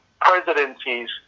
presidencies